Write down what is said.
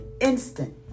instant